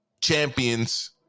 champions